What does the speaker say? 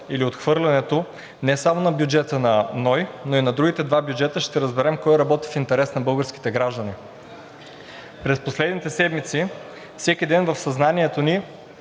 или отхвърлянето не само на бюджета на НОИ, но и на другите два бюджета ще разберем кой работи в интерес на българските граждани. През последните седмици всеки ден в съзнанието ни